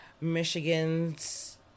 Michigan's